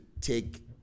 take